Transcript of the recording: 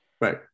Right